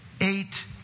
eight